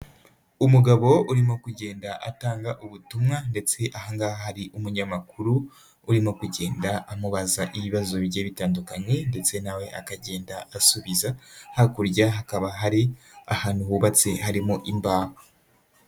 Umugabo urimo kugenda atanga ubutumwa ndetse aha ngaha hari umunyamakuru urimo kugenda amubaza ibibazo bijye bitandukanye ndetse na we akagenda asubiza, hakurya hakaba hari ahantu hubatse harimo imbaho.